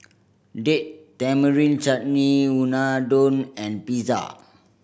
Date Tamarind Chutney Unadon and Pizza